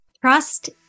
Trust